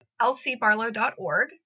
lcbarlow.org